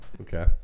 okay